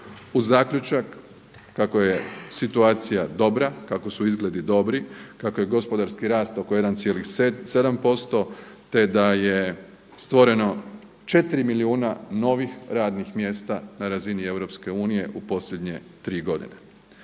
uz zaključak kako je situacija dobra, kako su izgledi dobri, kako je gospodarski rast oko 1,7%, te da je stvoreno 4 milijuna novih radnih mjesta na razini EU u posljednje tri godine.